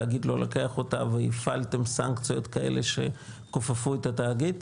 תאגיד לא לוקח אותה והפעלתם סנקציות כאלה שכופפו את התאגיד?